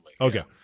Okay